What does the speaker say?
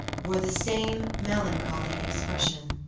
wore the same melancholy expression.